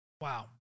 Wow